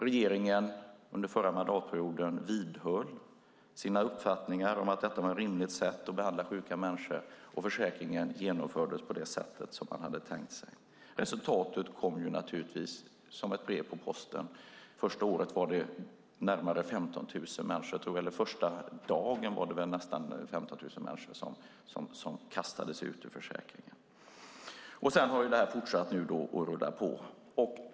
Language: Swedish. Regeringen vidhöll under förra mandatperioden sina uppfattningar om att detta var ett rimligt sätt att behandla sjuka människor, och förändringen av försäkringen genomfördes som man hade tänkt sig. Resultatet kom som ett brev på posten. Första dagen var det nästan 15 000 människor som kastades ut ur försäkringen. Sedan har det fortsatt att rulla på.